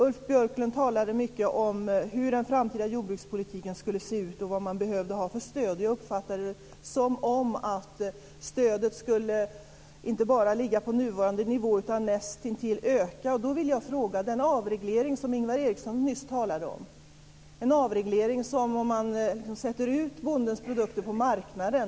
Ulf Björklund talade mycket om hur den framtida jordbrukspolitiken skulle se ut och vad man behövde ha för stöd. Jag uppfattade det så att stödet inte bara skulle ligga på nuvarande nivåer utan näst intill öka. Då vill jag ställa en fråga. Ingvar Eriksson talade nyss om en avreglering som skulle innebära att man sätter ut bondens produkter på marknaden.